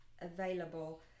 available